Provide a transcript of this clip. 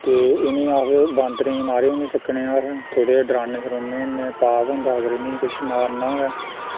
ते इनें ई अस बांदरे मारी बी नी सकनें अस थोह्ड़े डराने छरूने होन्ने पाप होंदा अगर इनें मारना होएआ